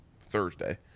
Thursday